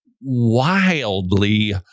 wildly